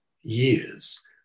years